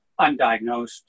undiagnosed